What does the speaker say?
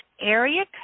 area